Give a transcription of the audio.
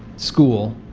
school,